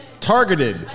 targeted